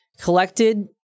collected